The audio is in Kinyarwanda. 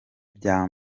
bya